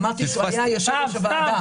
יושב ראש הוועדה.